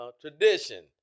Tradition